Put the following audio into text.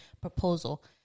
proposal